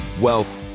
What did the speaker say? wealth